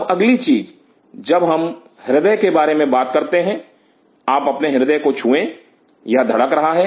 अब अगली चीज जब हम हृदय के बारे में बात करते हैं आप अपने हृदय को छुएं यह धड़क रहा है